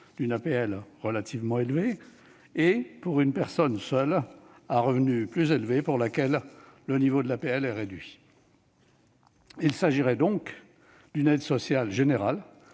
d'une APL relativement élevée, et pour une personne seule à revenu plus élevé, pour laquelle le niveau de l'APL est réduit. Il s'agirait donc d'une aide sociale générale,